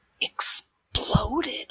exploded